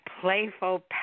playful